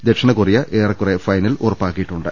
ദക്ഷിണകൊറിയ് ഏറെക്കുറെ ഫൈനൽ ഉറപ്പാക്കിയിട്ടുണ്ട്